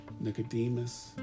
Nicodemus